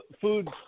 food